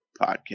Podcast